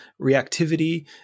reactivity